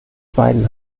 beiden